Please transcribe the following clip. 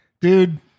dude